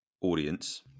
audience